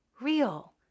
real